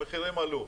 המחירים עלו.